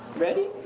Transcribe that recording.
ready.